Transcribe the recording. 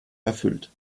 erfüllt